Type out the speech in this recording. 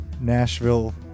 Nashville